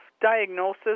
diagnosis